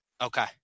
Okay